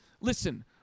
Listen